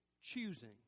choosing